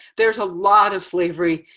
there's a lot of slavery.